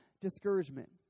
discouragement